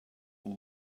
all